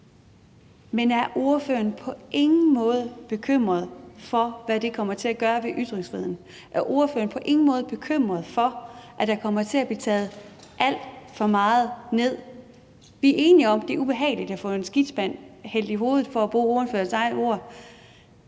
Men er ordføreren på ingen måde bekymret for, hvad det kommer til at gøre ved ytringsfriheden? Er ordføreren på ingen måde bekymret for, at der kommer til at blive taget alt for meget ned? Vi er enige om, at det er ubehageligt at få en skidtspand hældt i hovedet, for at bruge ordførerens egne ord,